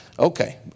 Okay